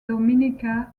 dominica